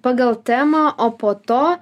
pagal temą o po to